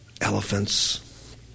elephants